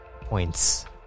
points